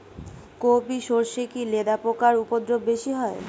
কোপ ই সরষে কি লেদা পোকার উপদ্রব বেশি হয়?